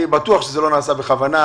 אני בטוח שזה לא נעשה בכוונה.